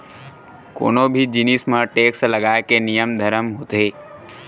कोनो भी जिनिस म टेक्स लगाए के नियम धरम होथे